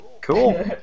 Cool